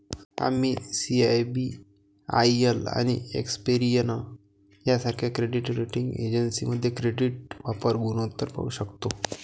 आम्ही सी.आय.बी.आय.एल आणि एक्सपेरियन सारख्या क्रेडिट रेटिंग एजन्सीमध्ये क्रेडिट वापर गुणोत्तर पाहू शकतो